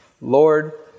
Lord